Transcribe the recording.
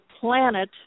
planet